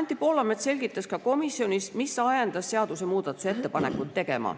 Anti Poolamets selgitas ka komisjonis, mis ajendas seadusemuudatuse ettepanekuid tegema.